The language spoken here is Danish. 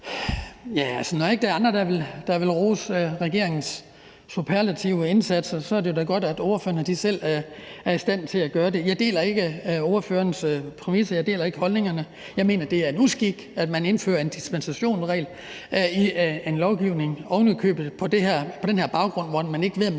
der ikke er andre, der vil rose regeringens sublime indsatser, så er det da godt, at ordføreren og de selv er i stand til at gøre det. Jeg deler ikke ordførerens præmis, og jeg deler ikke holdningerne. Jeg mener, det er en uskik, at man indfører en dispensationsregel i en lovgivning, ovenikøbet på den her baggrund, hvor man ikke ved,